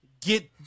get